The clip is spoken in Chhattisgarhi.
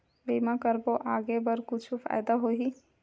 बीमा करबो आगे बर कुछु फ़ायदा होही?